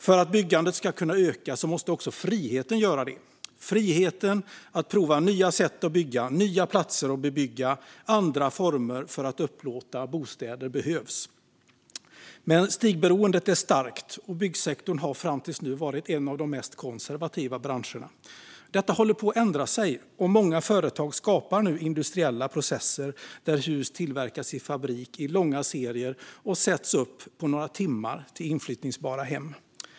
För att byggandet ska kunna öka måste också friheten göra det, friheten att prova nya sätt att bygga och nya platser att bebygga. Andra former för att upplåta bostäder behövs. Men stigberoendet är starkt, och byggsektorn har fram till nu varit en av de mest konservativa branscherna. Detta håller på att ändra sig. Många företag skapar nu industriella processer där hus tillverkas i fabrik i långa serier och sätts upp på några timmar till inflyttningsbara hem.